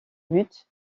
but